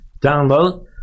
download